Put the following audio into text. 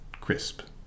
crisp